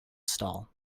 stall